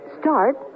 start